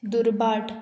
दुर्बाट